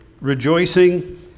rejoicing